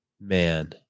man